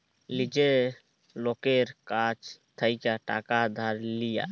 লীজের লকের কাছ থ্যাইকে টাকা ধার লিয়া